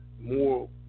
more